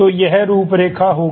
तो यह रूपरेखा होगी